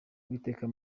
uwiteka